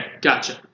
gotcha